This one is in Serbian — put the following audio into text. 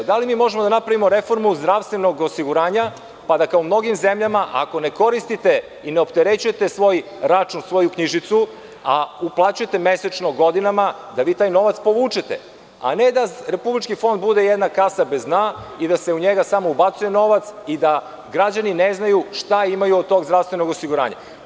Da li mi možemo da napravimo reformu zdravstvenog osiguranja, pa da kao u mnogim zemljama ako ne koristite i ne opterećujete svoj račun, svoju knjižicu, a uplaćujete mesečno godinama, da vi taj novac povučete, a ne da Republički fond bude jedna kasa bez dna i da se u njega samo ubacuje novac i da građani ne znaju šta imaju od tog zdravstvenog osiguranja.